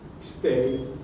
Stay